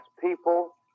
people